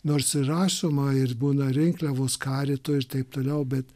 nors ir rašoma ir būna rinkliavos karitui ir taip toliau bet